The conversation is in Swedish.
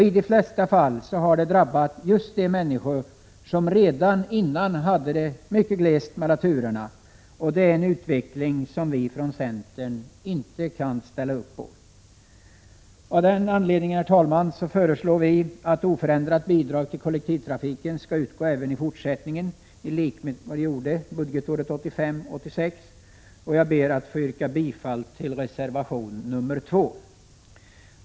I de flesta fall har det drabbat just de männiksor som bor där det redan tidigare var mycket glest mellan turerna, och det är en utveckling som centern inte kan godta. Av den anledningen, herr talman, föreslår centerpartiet att oförändrat bidrag till kollektivtrafiken skall utgå även i fortsättningen, i likhet med under budgetåret 1985/86. Jag ber att få yrka bifall till reservation 2.